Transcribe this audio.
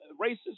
racist